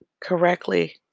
correctly